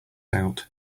out